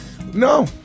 No